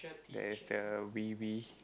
that is the